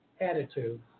attitude